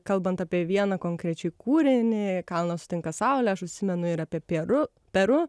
kalbant apie vieną konkrečiai kūrinį kalnas sutinka saulę aš užsimenu ir apie peru peru